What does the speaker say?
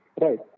Right